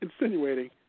insinuating